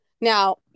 Now